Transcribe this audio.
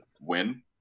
win